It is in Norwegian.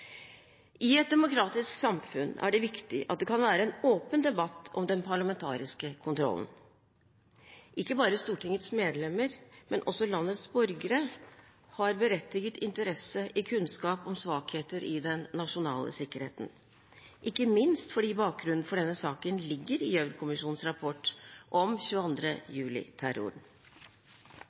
I et demokratisk samfunn er det viktig at det kan være en åpen debatt om den parlamentariske kontrollen. Ikke bare Stortingets medlemmer, men også landets borgere har berettiget interesse for kunnskap om svakheter i den nasjonale sikkerheten, ikke minst fordi bakgrunnen for denne saken ligger i Gjørv-kommisjonens rapport om